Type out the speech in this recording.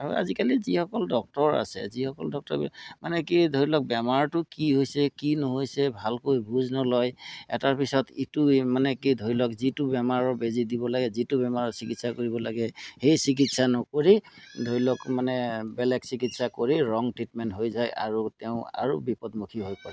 আৰু আজিকালি যিসকল ডক্টৰ আছে যিসকল ডক্টৰ মানে কি ধৰি লওক বেমাৰটো কি হৈছে কি নহৈছে ভালকৈ বুজ নলয় এটাৰ পিছত ইটো এই মানে কি ধৰি লওক যিটো বেমাৰৰ বেজি দিব লাগে যিটো বেমাৰৰ চিকিৎসা কৰিব লাগে সেই চিকিৎসা নকৰি ধৰি লওক মানে বেলেগ চিকিৎসা কৰি ৰং ট্ৰিটমেণ্ট হৈ যায় আৰু তেওঁ আৰু বিপদমুখী হৈ পৰে